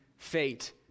fate